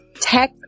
tech